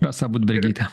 rasa budbergytė